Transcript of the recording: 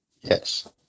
Yes